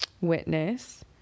witness